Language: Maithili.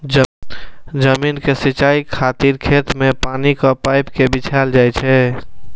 जमीन के सिंचाइ खातिर खेत मे पानिक पाइप कें बिछायल जाइ छै